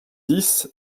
dix